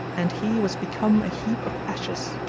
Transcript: and he was become a heap of ashes.